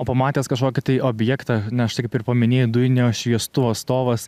o pamatęs kažkokį tai objektą na štai kaip ir paminėjai dujinio šviestuvo stovas